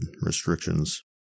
restrictions